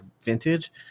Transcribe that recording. vintage